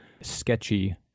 sketchy